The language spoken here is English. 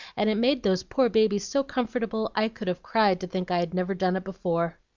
and it made those poor babies so comfortable i could have cried to think i'd never done it before.